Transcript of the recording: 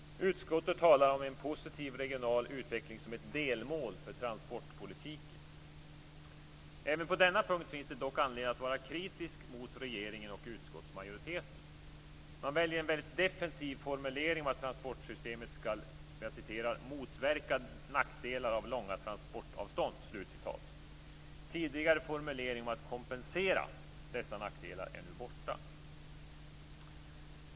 Utskottet talar om en positiv regional utveckling som ett delmål för transportpolitiken. Även på denna punkt finns det dock anledning att vara kritisk mot regeringen och utskottsmajoriteten. Man väljer en mycket defensiv formulering om att transportsystemet skall "motverka nackdelar av långa transportavstånd". Tidigare formulering om att "kompensera" dessa nackdelar är nu borta.